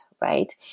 right